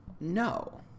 No